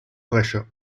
pressure